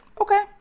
Okay